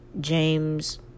James